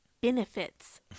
Benefits